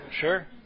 sure